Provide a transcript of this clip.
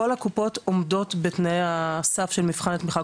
כל הקופות עומדות בתנאי הסף של מבחן התמיכה.